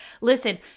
Listen